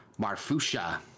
Marfusha